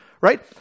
right